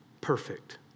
Perfect